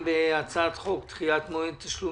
על סדר היום הצעת חוק דחיית מועד תשלום